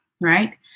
right